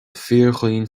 fíorchaoin